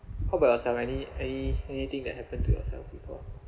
how about yourself any any anything that happened to yourself or people